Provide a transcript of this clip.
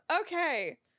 okay